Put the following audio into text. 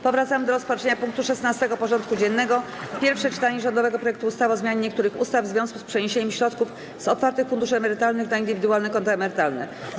Powracamy do rozpatrzenia punktu 16. porządku dziennego: Pierwsze czytanie rządowego projektu ustawy o zmianie niektórych ustaw w związku z przeniesieniem środków z otwartych funduszy emerytalnych na indywidualne konta emerytalne.